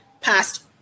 passed